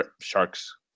sharks